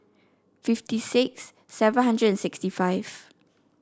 fifty six seven hundred and sixty five